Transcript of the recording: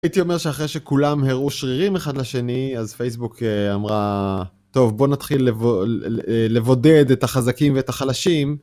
הייתי אומר שאחרי שכולם הראו שרירים אחד לשני, אז פייסבוק אמרה, טוב, בוא נתחיל לבודד את החזקים ואת החלשים.